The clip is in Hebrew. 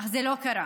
אך זה לא קרה.